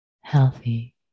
healthy